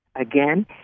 Again